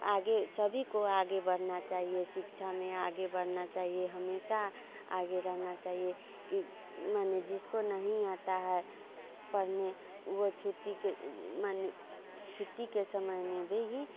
आगे सभी को आगे बढ़ना चाहिए शिक्षा में आगे बढ़ना चाहिए हमेशा आगे रहना चाहिए कि माने जिसको नहीं आता है पढ़ने वो छुट्टी के माने छुट्टी के समय में भी